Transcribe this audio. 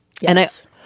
Yes